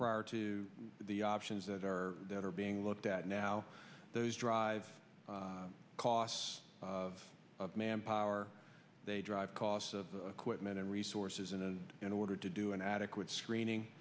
prior to the options that are that are being looked at now those drive cost of manpower they drive costs of quitman and resources and in order to do an adequate screening